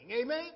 Amen